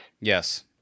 Yes